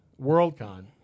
Worldcon